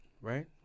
Right